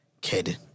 kid